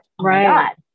Right